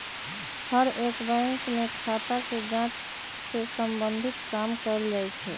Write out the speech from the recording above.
हर एक बैंक में खाता के जांच से सम्बन्धित काम कइल जा हई